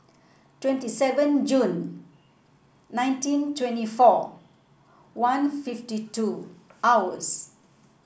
twenty seven Jun nineteen twenty four one fifty two hours